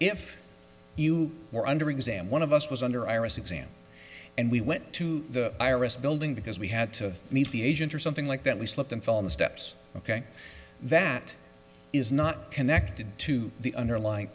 if you were under exam one of us was under iris exam and we went to the i r s building because we had to meet the agent or something like that we slipped and fell on the steps ok that is not connected to the underlying